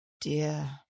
dear